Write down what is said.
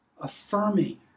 affirming